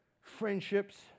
friendships